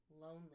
lonely